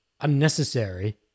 unnecessary